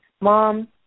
mom